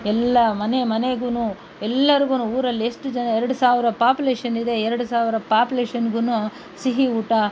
ಎಲ್ಲ ಮನೆ ಮನೆಗೂ ಎಲ್ಲರಿಗೂ ಊರಲ್ಲೆಷ್ಟು ಜನ ಎರ್ಡು ಸಾವಿರ ಪಾಪ್ಯುಲೇಷನ್ ಇದೆ ಎರ್ಡು ಸಾವಿರ ಪಾಪ್ಯುಲೇಷನ್ಗೂ ಸಿಹಿ ಊಟ